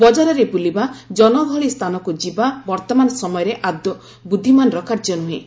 ବଙ୍କାରରେ ବୁଲିବା ଜନଗହଳି ସ୍ଥାନକୁ ଯିବା ବର୍ତ୍ତମାନ ସମୟରେ ଆଦୌ ବୁଦ୍ଧିମାନର କାର୍ଯ୍ୟ ନୁହେଁ